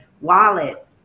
wallet